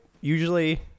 usually